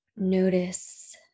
notice